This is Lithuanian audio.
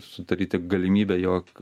sudaryti galimybę jog